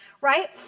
right